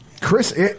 Chris